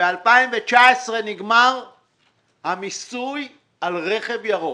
ב-2019 נגמר המיסוי על רכב ירוק.